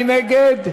מי נגד?